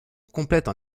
complète